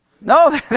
No